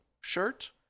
shirt